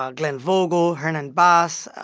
ah glenn vogel, hernan bas,